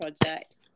project